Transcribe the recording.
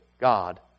God